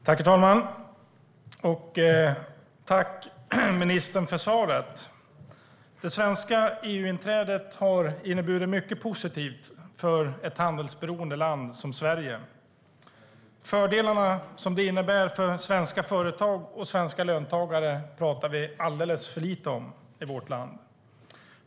Herr talman! Jag vill tacka ministern för svaret. Det svenska EU-inträdet har inneburit mycket positivt för ett handelsberoende land som Sverige. Fördelarna det innebär för svenska företag och svenska löntagare pratar vi alldeles för lite om i vårt land.